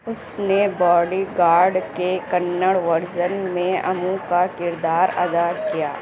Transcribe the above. اس نے Bodyguard کے Kannada version میں امو کا کردار ادا کیا